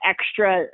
extra